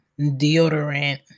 deodorant